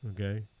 Okay